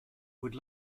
would